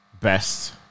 best